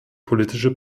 politische